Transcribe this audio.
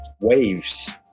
Waves